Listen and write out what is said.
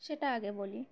সেটা আগে বলি